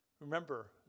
Remember